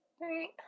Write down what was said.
Right